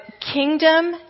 kingdom